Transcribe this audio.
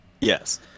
Yes